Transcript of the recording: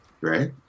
right